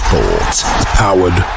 Powered